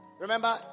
Remember